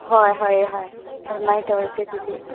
ꯍꯣꯏ ꯍꯣꯏ ꯍꯣꯏ ꯑꯗꯨꯃꯥꯏꯅ ꯇꯧꯔꯁꯦ ꯑꯗꯨꯗꯤ